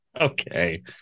Okay